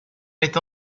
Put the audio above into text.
met